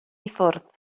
ffwrdd